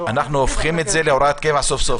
אנחנו הופכים את זה להוראת קבע סוף-סוף.